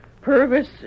Purvis